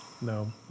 No